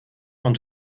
und